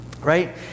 right